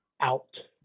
out